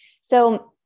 So-